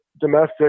domestic